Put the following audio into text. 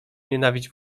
nienawiść